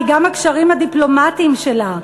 היא גם הקשרים הדיפלומטיים שלה.